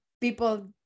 people